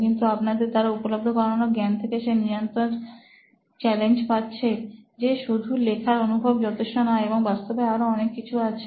কিন্তু আপনাদের দ্বারা উপলব্ধ করানো জ্ঞান থেকে সে নিরন্তর চ্যালেঞ্জ পাচ্ছে যে শুধু লেখার অনুভব যথেষ্ট নয় এবং বাস্তবে আরো অনেক কিছু আছে